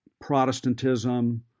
Protestantism